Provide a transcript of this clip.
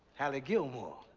hallie gilmore.